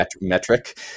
metric